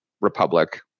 republic